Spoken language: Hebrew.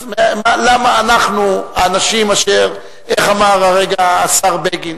אז למה אנחנו האנשים אשר, איך אמר הרגע השר בגין?